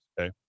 Okay